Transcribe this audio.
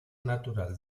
natural